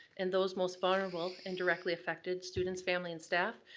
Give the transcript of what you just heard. and those most vulnerable and directly affected, students, family, and staff,